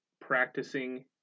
practicing